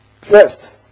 First